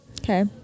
Okay